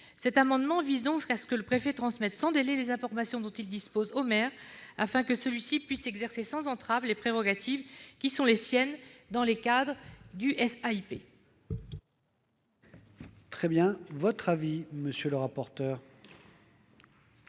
Cet amendement vise donc à ce que le préfet transmette sans délai les informations dont il dispose au maire, afin que celui-ci puisse exercer sans entrave les prérogatives qui sont les siennes dans le cadre du SAIP. Quel est l'avis de la commission ?